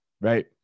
Right